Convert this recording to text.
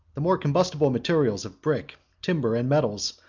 the more combustible materials of brick, timber, and metals,